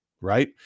right